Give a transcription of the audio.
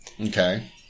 Okay